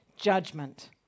judgment